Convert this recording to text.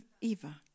Eva